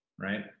right